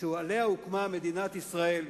שעליו הוקמה מדינת ישראל,